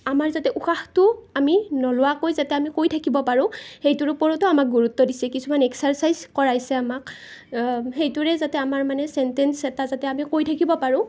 আমাৰ যাতে উশাহটো আমি নোলোৱাকৈ যাতে আমি কৈ থাকিব পাৰোঁ সেইটোৰ ওপৰতো আমাক গুৰুত্ব দিছে কিছুমান এক্সাৰ্চাইজ কৰাইছে আমাক সেইটোৰে যাতে আমাৰ মানে ছেনটেঞ্চ এটা যাতে আমি কৈ থাকিব পাৰোঁ